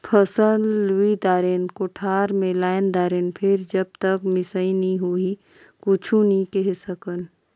फसल लुई दारेन, कोठार मे लायन दारेन फेर जब तक मिसई नइ होही कुछु नइ केहे सकन